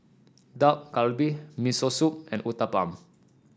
Dak Galbi Miso Soup and Uthapam